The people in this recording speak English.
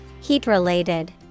Heat-related